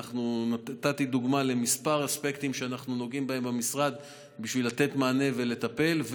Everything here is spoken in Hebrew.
נתתי דוגמה לכמה אספקטים שאנחנו נוגעים בהם במשרד בשביל לתת מענה ולטפל,